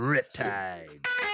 Riptides